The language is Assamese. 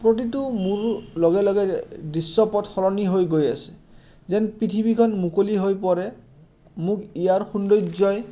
প্ৰতিটো মোৰ লগে লগে দৃশ্যপথ সলনি হৈ গৈ আছে যেন পৃথিৱীখন মুকলি হৈ পৰে মোক ইয়াৰ সৌন্দৰ্যই